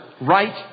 Right